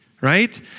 right